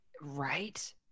Right